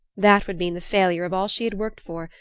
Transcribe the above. that would mean the failure of all she had worked for,